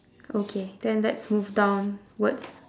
okay then let's move downwards